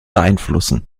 beeinflussen